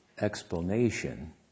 explanation